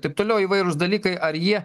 taip toliau įvairūs dalykai ar jie